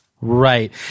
Right